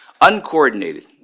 uncoordinated